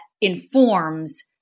informs